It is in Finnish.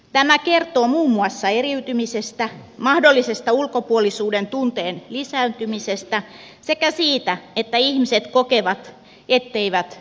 tämä kertoo muun muassa eriytymisestä mahdollisesta ulkopuolisuuden tunteen lisääntymisestä sekä siitä että ihmiset kokevat etteivät voi vaikuttaa